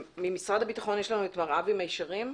ממשרד הביטחון יש לנו את מר אבי מישרים?